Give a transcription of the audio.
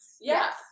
yes